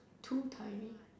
too tiny